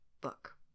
book